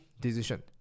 decision